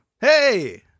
Hey